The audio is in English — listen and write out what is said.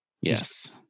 Yes